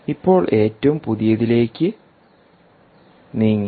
ഇപ്പോൾ ഏറ്റവും പുതിയതിലേക്ക് നീക്കി